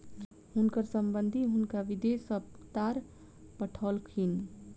हुनकर संबंधि हुनका विदेश सॅ तार पठौलखिन